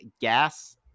gas